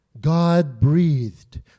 God-breathed